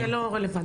זה לא רלוונטי.